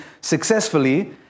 successfully